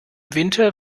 winter